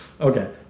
Okay